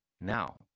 Now